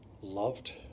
loved